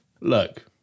look